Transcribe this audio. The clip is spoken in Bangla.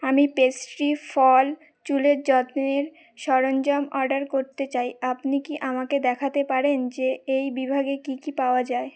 আমি পেস্ট্রি ফল চুলের যত্নের সরঞ্জাম অর্ডার করতে চাই আপনি কি আমাকে দেখাতে পারেন যে এই বিভাগে কী কী পাওয়া যায়